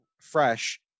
fresh